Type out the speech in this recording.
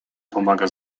pomaga